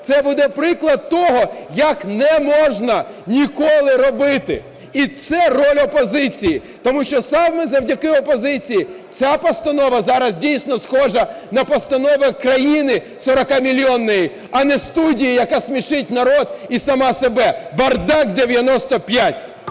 Це буде приклад того, як не можна ніколи робити. І це роль опозиції, тому що саме завдяки опозиції ця постанова зараз дійсно, схожа на постанову країни сорокамільйонної, а не студії, яка смішить народ і сама себе - "бардак 95".